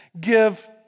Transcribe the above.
give